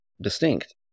distinct